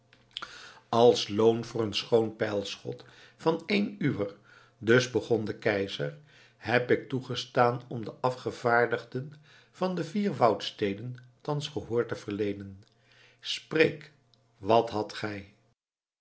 als loon voor een schoon pijlschot van één uwer dus begon de keizer heb ik toegestaan om den afgevaardigden van de vier woudsteden thans gehoor te verleenen spreek wat hadt gij